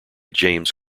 james